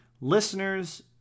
listeners